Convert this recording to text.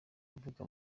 avuga